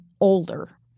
older